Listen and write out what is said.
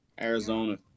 Arizona